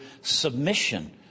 submission